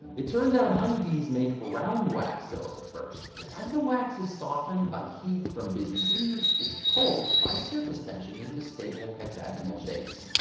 it turns out honeybees make round wax cells at first. and as the wax is softened by heat from busy bees, it's pulled by surface tension into stable hexagonal shapes.